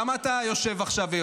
למה אתה יוצא עכשיו?